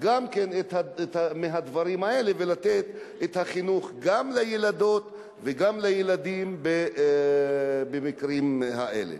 גם מהדברים האלה ולתת את החינוך גם לילדות וגם לילדים במקרים האלה.